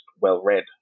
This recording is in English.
well-read